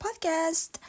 podcast